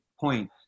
point